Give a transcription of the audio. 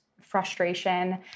frustration